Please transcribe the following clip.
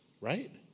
right